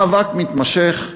מאבק מתמשך,